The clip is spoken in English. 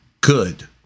good